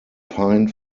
pine